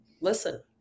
listen